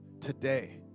today